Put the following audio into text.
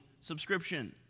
subscription